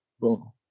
Boom